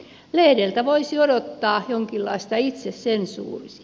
lehdeltä voisi odottaa jonkinlaista itsesensuuria